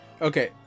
Okay